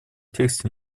тексте